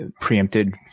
preempted